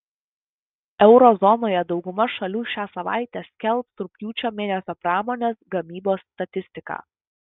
euro zonoje dauguma šalių šią savaitę skelbs rugpjūčio mėnesio pramonės gamybos statistiką